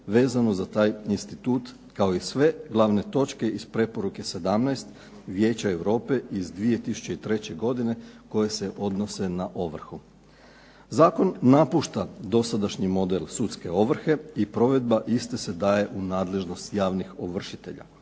vezano za taj institut kao i sve glavne točke iz preporuke 17. Vijeća Europe iz 2003. godine koje se odnose na ovrhu. Zakon napušta dosadašnji model sudske ovrhe i provedba iste se daje u nadležnost javnih ovršitelja.